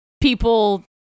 people